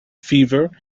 fever